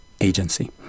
agency